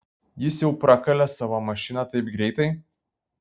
jis jau prakalė savo mašiną taip greitai